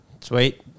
Sweet